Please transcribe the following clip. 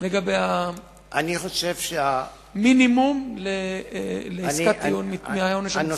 היא לגבי המינימום לעסקת טיעון ולגבי העונש המקסימלי.